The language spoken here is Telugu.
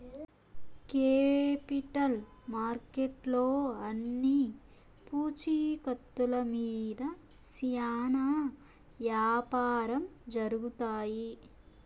కేపిటల్ మార్కెట్లో అన్ని పూచీకత్తుల మీద శ్యానా యాపారం జరుగుతాయి